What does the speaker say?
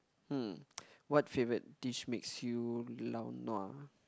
um what favourite dish makes you lao nua